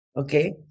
okay